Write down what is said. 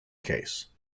case